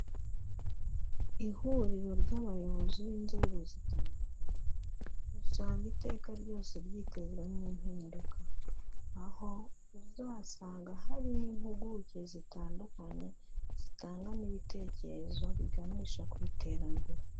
Ihuriro ry'abayobozi b'inzego zitandukanye, usanga iteka ryose ryitezwemo impinduka, aho uzasanga harimo impuguke zitandukanye, zitanga n'ibitekerezo biganisha ku iterambere.